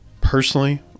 Personally